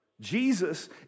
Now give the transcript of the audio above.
Jesus